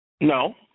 No